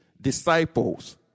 disciples